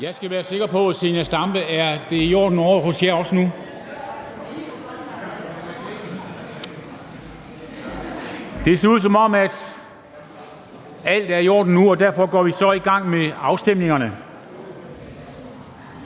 er på plads, og at det også er i orden ovre hos jer nu. Det ser ud, som om alt er i orden nu. Derfor går vi så i gang med afstemningerne.